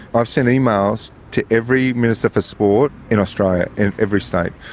i've sent emails to every minister for sport in australia, in every state.